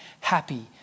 happy